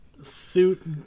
suit